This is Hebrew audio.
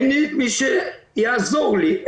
אין לי מי שיעזור לי,